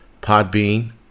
Podbean